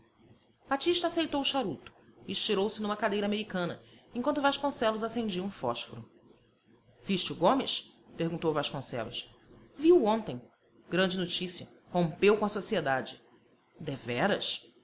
batista aceitou o charuto e estirou se numa cadeira americana enquanto vasconcelos acendia um fósforo viste o gomes perguntou vasconcelos vi-o ontem grande notícia rompeu com a sociedade deveras